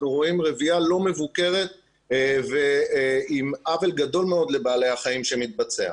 רואים רביה לא מבוקרת ועם עוול גדול מאוד לבעלי החיים שמתבצע.